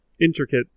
Intricate